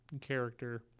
character